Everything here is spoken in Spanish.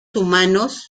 humanos